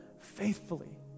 faithfully